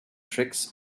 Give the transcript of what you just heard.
tricks